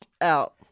out